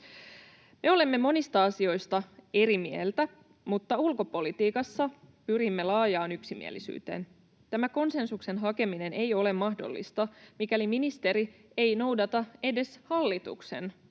Me olemme monista asioista eri mieltä, mutta ulkopolitiikassa pyrimme laajaan yksimielisyyteen. Tämä konsensuksen hakeminen ei ole mahdollista, mikäli ministeri ei noudata edes hallituksen